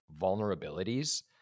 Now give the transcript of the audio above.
vulnerabilities